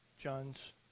John's